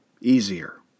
easier